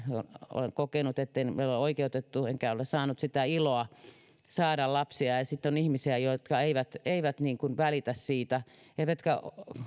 olen tämän kokenut eivät ole olleet oikeutettuja saamaan eivätkä ole saaneet sitä iloa saada lapsia ja sitten on ihmisiä jotka eivät eivät välitä siitä eivätkä